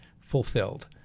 fulfilled